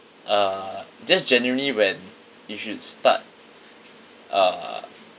uh just generally when you should start uh